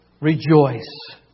rejoice